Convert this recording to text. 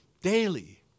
daily